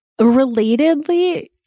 Relatedly